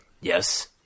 Yes